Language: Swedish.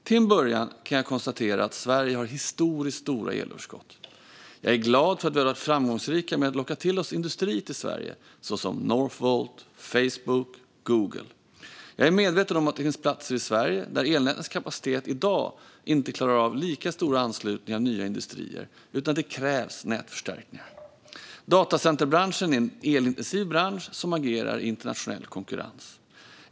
Till att börja med kan jag konstatera att Sverige har historiskt stora elöverskott. Jag är glad för att vi varit framgångsrika med att locka till oss industri till Sverige, såsom Northvolt, Facebook och Google. Jag är medveten om att det finns platser i Sverige där elnätens kapacitet i dag inte klarar av anslutning av nya industrier; där krävs nätförstärkningar. Datacenterbranschen är en elintensiv bransch som agerar i internationell konkurrens.